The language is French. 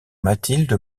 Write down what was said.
mathilde